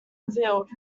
revealed